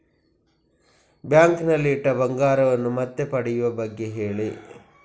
bank ನಲ್ಲಿ ಇಟ್ಟ ಬಂಗಾರವನ್ನು ಮತ್ತೆ ಪಡೆಯುವ ಬಗ್ಗೆ ಹೇಳಿ